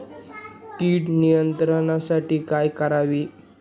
कीड नियंत्रणासाठी काय करावे?